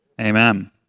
Amen